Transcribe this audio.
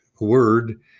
word